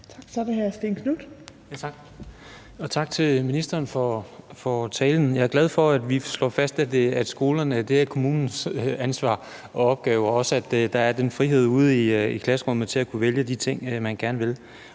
Kl. 18:05 Stén Knuth (V): Tak. Og tak til ministeren for talen. Jeg er glad for, at vi slår fast, at skolerne er kommunernes ansvar og opgave, og at der også er den frihed i klasselokalerne til at kunne vælge at gøre de ting, man gerne vil.